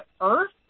earth